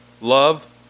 Love